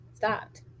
stopped